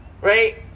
Right